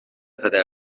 پدر